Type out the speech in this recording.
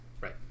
right